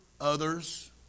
others